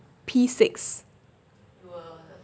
six